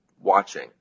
watching